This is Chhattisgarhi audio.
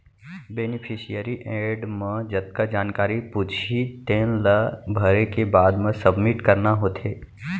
बेनिफिसियरी एड म जतका जानकारी पूछही तेन ला भरे के बाद म सबमिट करना होथे